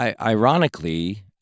ironically